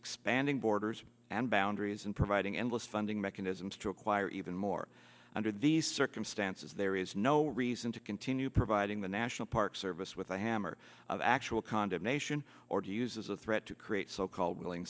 expanding borders and boundaries and providing endless funding mechanisms to acquire even more under these circumstances there is no reason to continue providing the national park service with a hammer of actual condemnation or to use a threat to create so called willing